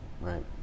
right